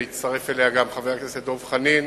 שהצטרף אליה גם חבר הכנסת דב חנין.